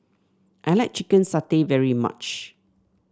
I like Chicken Satay very much